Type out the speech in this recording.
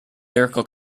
lyrical